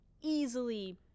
easily